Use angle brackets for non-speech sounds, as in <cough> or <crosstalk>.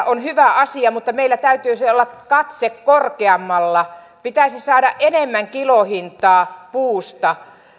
<unintelligible> on hyvä asia mutta meillä täytyisi olla katse korkeammalla pitäisi saada enemmän kilohintaa puusta